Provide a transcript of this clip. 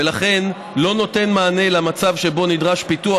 ולכן לא נותן מענה למצב שבו נדרש פיתוח